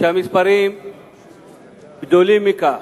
שהמספרים גדולים מזה.